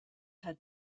had